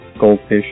goldfish